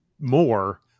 more